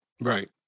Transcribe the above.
Right